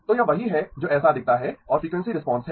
तो यह वही है जो ऐसा दिखता है और फ्रीक्वेंसी रिस्पांस है